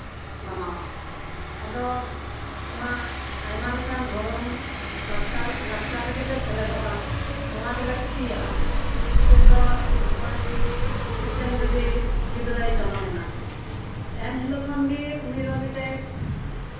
ᱢᱟᱱᱟᱣᱟ ᱟᱫᱚ ᱟᱭᱢᱟ ᱞᱮᱠᱟ ᱫᱷᱚᱨᱚᱢ ᱞᱟᱠᱪᱟᱨ ᱨᱮᱜᱮᱞᱮ ᱥᱮᱞᱮᱫᱚᱜᱼᱟ ᱱᱚᱣᱟ ᱜᱮᱞᱮ ᱠᱩᱥᱤᱭᱟᱜᱼᱟ ᱪᱮᱫ ᱫᱚ ᱱᱚᱜᱼᱚᱭ ᱡᱚᱫᱤ ᱜᱤᱫᱽᱨᱟᱹᱭ ᱡᱚᱱᱚᱢᱮᱱᱟ ᱮᱱᱦᱤᱞᱳᱜ ᱠᱷᱚᱱᱜᱮ ᱩᱱᱤ ᱫᱚ ᱢᱤᱫᱴᱮᱡ